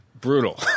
Brutal